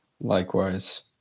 Likewise